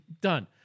Done